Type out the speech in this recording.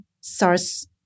SARS